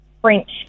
French